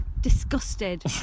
Disgusted